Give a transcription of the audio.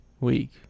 week